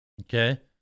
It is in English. Okay